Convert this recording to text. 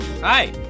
Hi